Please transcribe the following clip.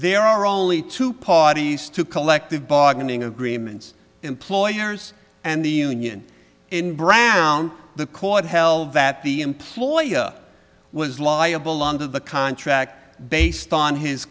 there are only two parties to collective bargaining agreements employers and the union in brown the caught hell that the employee was liable under the contract based on his